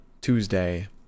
Tuesday